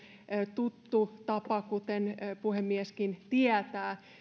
tuttu tapa kuten puhemieskin tietää